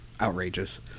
outrageous